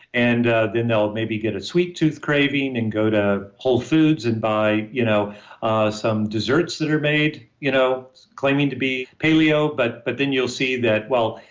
and ah then they'll maybe get a sweet tooth craving and go to whole foods and buy you know ah some desserts that are made, you know claiming to be paleo, but but then you'll see that, well,